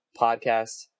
podcast